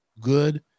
good